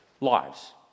lives